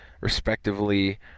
respectively